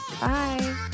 Bye